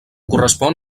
correspon